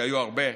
כי היו הרבה,